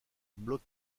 blocs